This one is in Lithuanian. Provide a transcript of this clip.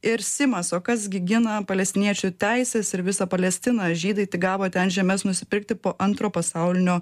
ir simas o kas gi gina palestiniečių teises ir visą palestiną žydai t gavo ten žemes nusipirkti po antro pasaulinio